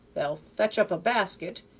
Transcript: they'll fetch up a basket,